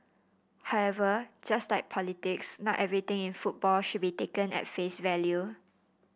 however just like politics not everything in football should be taken at face value